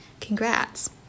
congrats